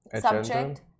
subject